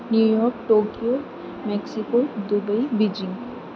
new York Tokyo Mexico Dubai Beijing